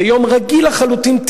ביום רגיל לחלוטין,